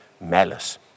malice